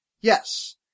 Yes